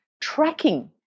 tracking